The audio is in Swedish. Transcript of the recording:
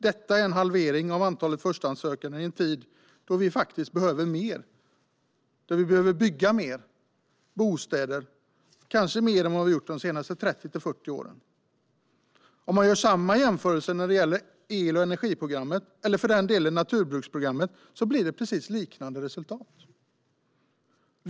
Det är en halvering av antalet förstahandssökande i en tid då vi behöver bygga mer bostäder, kanske mer än vad vi gjort de senaste 30-40 åren. Om man gör samma jämförelse med el och energiprogrammet, eller för den delen naturbruksprogrammet, blir det liknande resultat.